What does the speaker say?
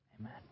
amen